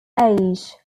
age